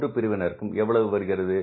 3 பிரிவினரும் எவ்வளவு வருகிறது